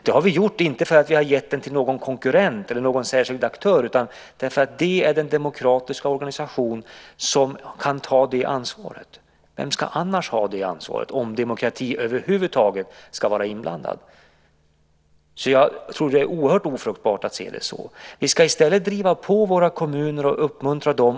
Det har vi inte gjort för att vi har givit det till någon konkurrent eller någon särskild aktör utan för att det är den demokratiska organisation som kan ta det ansvaret. Vem ska annars ha det ansvaret om demokratin över huvud taget ska vara inblandad? Jag tror att det är oerhört ofruktbart att se det så. Vi ska i stället driva på våra kommuner och uppmuntra dem.